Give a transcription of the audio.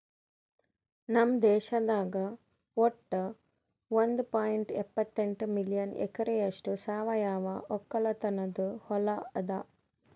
ನಮ್ ದೇಶದಾಗ್ ವಟ್ಟ ಒಂದ್ ಪಾಯಿಂಟ್ ಎಪ್ಪತ್ತೆಂಟು ಮಿಲಿಯನ್ ಎಕರೆಯಷ್ಟು ಸಾವಯವ ಒಕ್ಕಲತನದು ಹೊಲಾ ಅದ